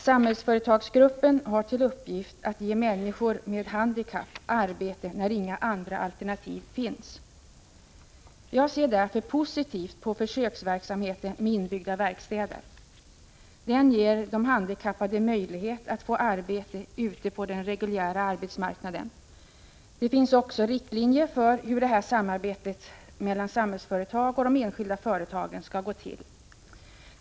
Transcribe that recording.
Samhällsföretagsgruppen har till uppgift att ge människor med handikapp arbete när inga andra alternativ finns. Jag ser därför positivt på försöksverksamheten med inbyggda verkstäder. Den ger de handikappade möjlighet att få arbete ute på den reguljära arbetsmarknaden. Det finns också riktlinjer för hur det här samarbetet mellan Samhällsföretag och de enskilda företagen skall gå till.